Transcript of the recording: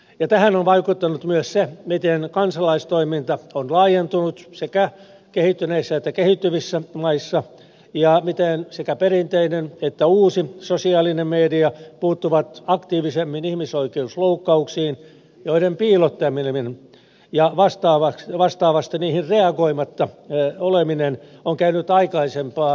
tähän on vaikuttanut myös se miten kansalaistoiminta on laajentunut sekä kehittyneissä että kehittyvissä maissa ja miten sekä perinteinen media että uusi sosiaalinen media puuttuvat aktiivisemmin ihmisoikeusloukkauksiin joiden piilotteleminen ja vastaavasti niihin reagoimatta oleminen on käynyt aikaisempaa vaikeammaksi